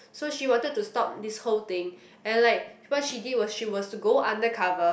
so she wanted to stop this whole thing and like what she did was she was to go undercover